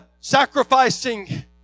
sacrificing